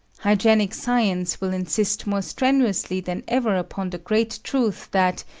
hygienic science will insist more strenuously than ever upon the great truth that,